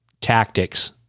tactics